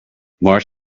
march